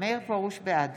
בעד